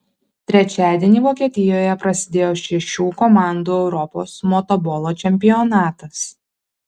trečiadienį vokietijoje prasidėjo šešių komandų europos motobolo čempionatas